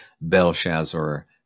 belshazzar